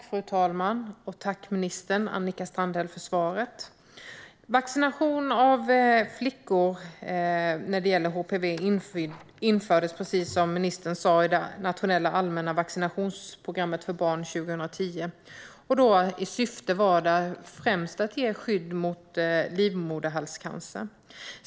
Fru talman! Tack för svaret, minister Annika Strandhäll! Vaccination av flickor när det gäller HPV infördes, precis om ministern sa, 2010 i det nationella allmänna vaccinationsprogrammet för barn. Syftet var främst att ge skydd mot livmoderhalscancer.